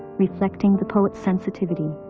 reflecting the poet's sensitivity.